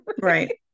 Right